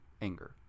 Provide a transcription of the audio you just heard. anger